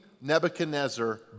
Nebuchadnezzar